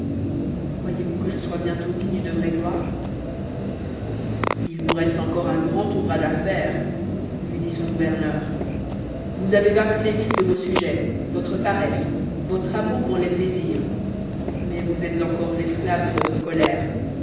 croyez-vous que je sois bientôt digne de vraie gloire il vous reste encore un grand ouvrage à faire lui dit son gouverneur vous avez vaincu les vices de vos sujets votre paresse votre amour pour les plaisirs mais vous êtes encore l'esclave de votre colère